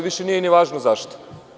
Više nije važno zašto.